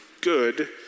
good